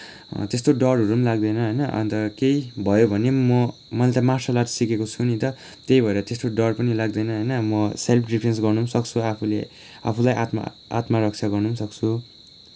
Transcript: त्यस्तो डरहरू पनि लाग्दैन होइन अन्त केही भयो भने म मैले त मार्सल आर्टस सिकेको छु नि त त्यही भएर त्यस्तो डर पनि लाग्दैन होइन म सेल्फ डिफेन्स गर्न पनि सक्छु आफूले आफूलाई आत्म आत्मरक्षा गर्न पनि सक्छु